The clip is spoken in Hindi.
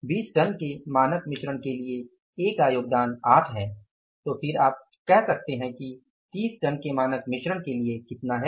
20 टन के मानक मिश्रण के लिए ए का योगदान 8 है तो फिर आप कह सकते हैं कि 30 टन के मानक मिश्रण के लिए कितना है